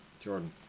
Jordan